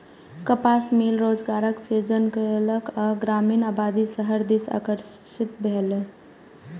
कपास मिल रोजगारक सृजन केलक आ ग्रामीण आबादी शहर दिस आकर्षित भेल